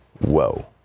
Whoa